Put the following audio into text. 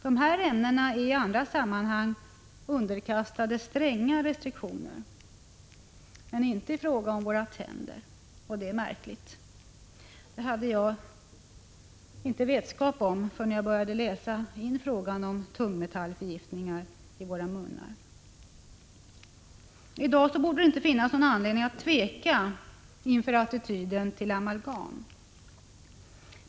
Dessa ämnen är i andra sammanhang underkastade stränga restriktioner — men inte i fråga om våra tänder. Det är märkligt. Detta hade jag ingen vetskap om innan jag började läsa om tungmetallförgiftningar i våra munnar. I dag borde det inte finnas någon anledning att tveka om attityden till amalgam.